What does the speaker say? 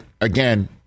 again